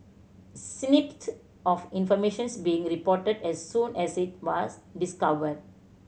snippet of information being reported as soon as it was discovered